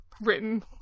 written